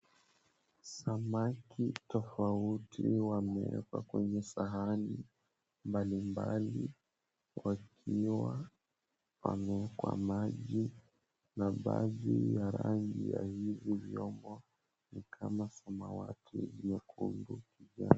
Samaki tofauti wamewekwa kwenye sahani mbalimbali wakiwa wamewekwa maji na baadhi ya rangi ya hivi vyombo ni kama samawati nyekundu.